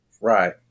Right